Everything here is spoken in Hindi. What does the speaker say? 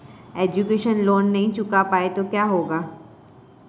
एजुकेशन लोंन नहीं चुका पाए तो क्या होगा?